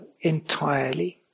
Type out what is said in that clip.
entirely